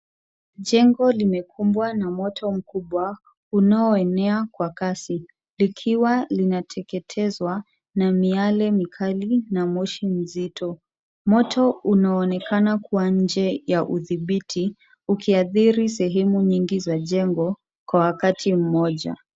Jengo limekumbwa na moto mkubwa unaoenea kwa kasi, likiwa linateketezwa na miale mikali na moshi mzito. Moto unaonekana kuwa nje ya udhibiti, ukiathiri sehemu nyingi za jengo kwa wakati mmoja.